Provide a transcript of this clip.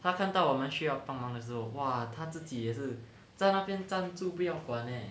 他看到我们需要帮忙的时候哇他自己也是在那边站住不要管 leh